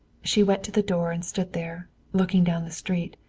she went to the door and stood there, looking down the street.